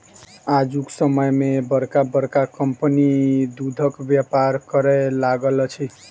आजुक समय मे बड़का बड़का कम्पनी दूधक व्यापार करय लागल अछि